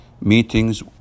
meetings